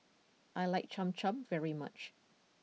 I like Cham Cham very much